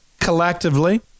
collectively